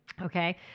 okay